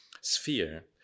sphere